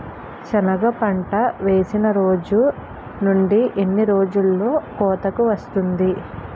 సెనగ పంట వేసిన రోజు నుండి ఎన్ని రోజుల్లో కోతకు వస్తాది?